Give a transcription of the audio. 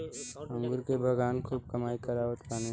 अंगूर के बगान खूब कमाई करावत बाने